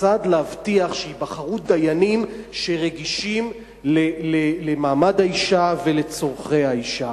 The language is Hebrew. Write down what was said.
כיצד להבטיח שייבחרו דיינים שרגישים למעמד האשה ולצורכי האשה,